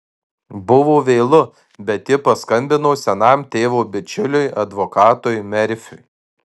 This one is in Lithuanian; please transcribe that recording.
buvo vėlu bet ji paskambino senam tėvo bičiuliui advokatui merfiui